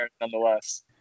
nonetheless